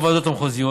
ובוועדות המחוזיות,